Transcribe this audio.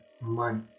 money